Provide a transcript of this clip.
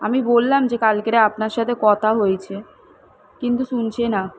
আমি বললাম যে কালকেরে আপনার সাথে কথা হয়েছে কিন্তু শুনছে না